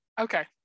Okay